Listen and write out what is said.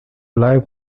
live